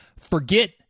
Forget